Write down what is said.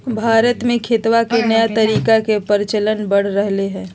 भारत में खेतवा के नया तरीका के प्रचलन बढ़ रहले है